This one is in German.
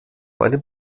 einem